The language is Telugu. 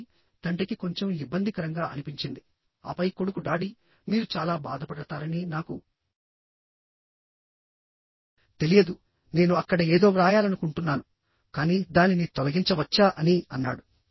కాబట్టి తండ్రికి కొంచెం ఇబ్బందికరంగా అనిపించింది ఆపై కొడుకు డాడీ మీరు చాలా బాధపడతారని నాకు తెలియదు నేను అక్కడ ఏదో వ్రాయాలనుకుంటున్నాను కానీ దానిని తొలగించవచ్చా అని అన్నాడు